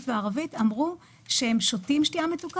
זה לא יכול להיות.